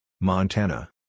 Montana